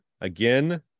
again